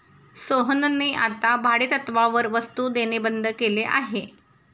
सोहनने आता भाडेतत्त्वावर वस्तु देणे बंद केले आहे